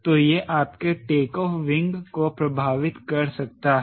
तो यह आपके टेकऑफ़ विंग को प्रभावित कर सकता है